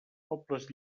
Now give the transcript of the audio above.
pobles